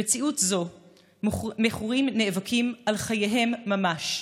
במציאות זו מכורים נאבקים על חייהם ממש,